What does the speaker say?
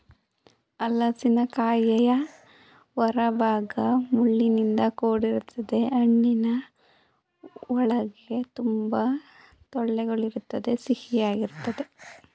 ಹಲಸಿನಕಾಯಿಯ ಹೊರಭಾಗ ಮುಳ್ಳಿನಿಂದ ಕೂಡಿರ್ತದೆ ಹಣ್ಣಿನ ಒಳಗೆ ತುಂಬಾ ತೊಳೆಗಳಿದ್ದು ಸಿಹಿಯಾಗಿರ್ತದೆ